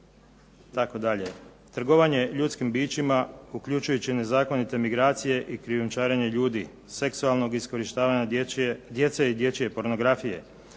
itd., trgovanje ljudskim bićima, uključujući nezakonite migracije i krijumčarenje ljudi, seksualnog iskorištavanja djece i dječje pornografije,